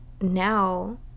now